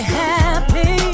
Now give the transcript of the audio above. happy